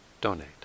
donate